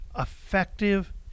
effective